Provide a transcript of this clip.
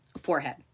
forehead